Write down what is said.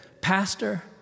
Pastor